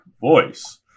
voice